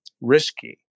risky